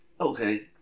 okay